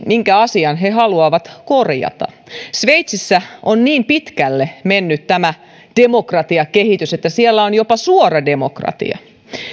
minkä asian he haluavat korjata sveitsissä on niin pitkälle mennyt tämä demokratiakehitys että siellä on jopa suora demokratia